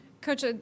Coach